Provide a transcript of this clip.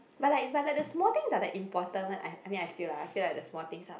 but like but like the small things are the important one I mean I feel lah I feel like the small things are like